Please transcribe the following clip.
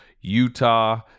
Utah